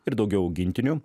ir daugiau augintinių